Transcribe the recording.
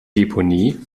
deponie